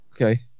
Okay